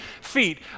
feet